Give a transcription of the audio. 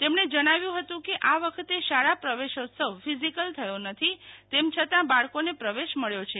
તેમણે જણાવ્યું હતું કે આ વખતે શાળા પ્રવેશોત્સવ ફિઝિકલ થયો નથી તેમ છતાં બાળકોને પ્રવેશ મેળ્યો છે